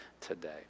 today